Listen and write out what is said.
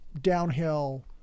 downhill